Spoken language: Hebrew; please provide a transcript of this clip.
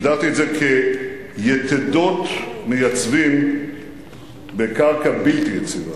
הגדרתי את זה כיתדות מייצבות בקרקע בלתי יציבה.